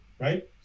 right